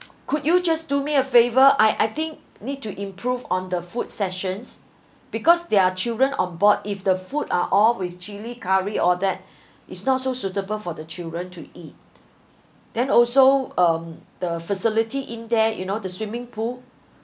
could you just do me a favour I I think need to improve on the food sessions because there're children on board if the food are all with chilli curry all that it's not so suitable for the children to eat then also um the facility in there you know the swimming pool